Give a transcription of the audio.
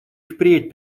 впредь